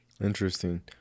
Interesting